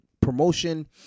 promotion